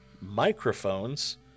microphones